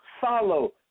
Follow